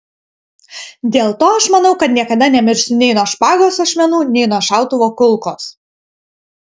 dėl to aš manau kad niekada nemirsiu nei nuo špagos ašmenų nei nuo šautuvo kulkos